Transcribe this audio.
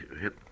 hit